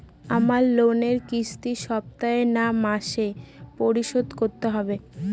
আমার লোনের কিস্তি সপ্তাহে না মাসে পরিশোধ করতে হবে?